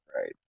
right